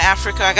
Africa